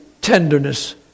tenderness